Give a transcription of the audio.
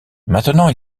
maintenant